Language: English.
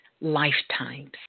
lifetimes